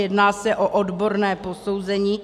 Jedná se o odborné posouzení.